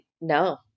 no